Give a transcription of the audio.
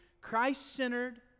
Christ-centered